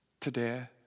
today